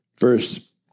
Verse